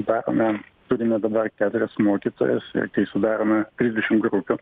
darome turime dabar keturias mokytojas ir kai sudarome trisdešim grupių